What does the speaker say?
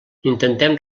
intentem